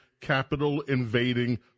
capital-invading